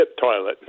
toilet